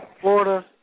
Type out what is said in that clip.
Florida